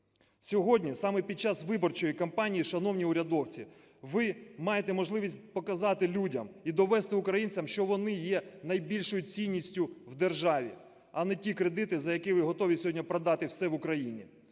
Сьогодні, саме під час виборчої кампанії, шановні урядовці, ви маєте можливість показати людям і довести українцям, що вони є найбільшою цінністю в державі, а не ті кредити, за які ви готові сьогодні продати все в Україні.